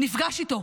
נפגש איתו.